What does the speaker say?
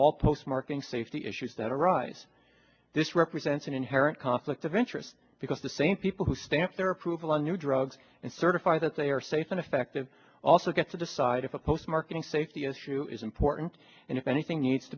all postmarking safety issues that arise this represents an inherent conflict of interest because the same people who stamp their approval on new drugs and certify that they are safe and effective also get to decide if a post marketing safety issue is important and if anything needs